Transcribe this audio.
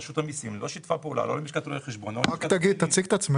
רשות המיסים לא שיתפה פעולה לא עם לשכת רואי החשבון -- אם אפשר